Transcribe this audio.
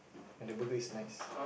and the burger is nice